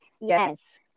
Yes